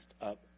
up